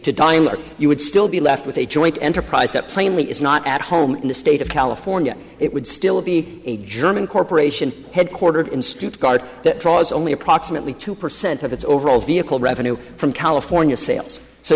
dialer you would still be left with a joint enterprise that plainly is not at home in the state of california it would still be a german corporation headquartered in stuttgart that draws only approximately two percent of its overall vehicle revenue from california sales so